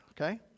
okay